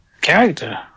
character